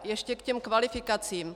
Ještě k těm kvalifikacím.